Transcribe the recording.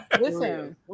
Listen